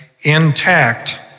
intact